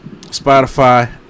Spotify